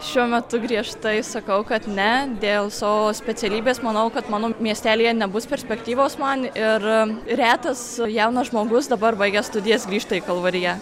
šiuo metu griežtai sakau kad ne dėl savo specialybės manau kad mano miestelyje nebus perspektyvos man ir retas jaunas žmogus dabar baigęs studijas grįžta į kalvariją